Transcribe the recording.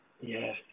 Yes